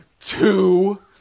Two